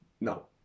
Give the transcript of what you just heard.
No